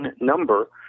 number